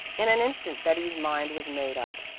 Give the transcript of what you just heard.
in an instant betty's mind was made up.